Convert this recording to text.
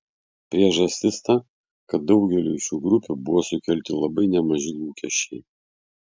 priežastis ta kad daugeliui šių grupių buvo sukelti labai nemaži lūkesčiai